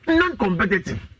non-competitive